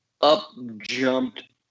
up-jumped